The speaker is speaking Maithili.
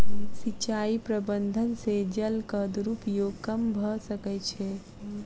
सिचाई प्रबंधन से जलक दुरूपयोग कम भअ सकै छै